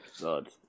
god